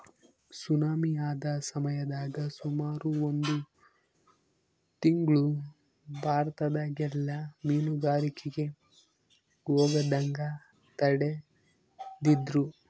tsunami ಆದ ಸಮಯದಾಗ ಸುಮಾರು ಒಂದು ತಿಂಗ್ಳು ಭಾರತದಗೆಲ್ಲ ಮೀನುಗಾರಿಕೆಗೆ ಹೋಗದಂಗ ತಡೆದಿದ್ರು